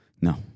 No